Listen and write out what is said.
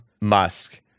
Musk